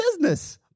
business